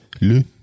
Le